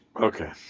Okay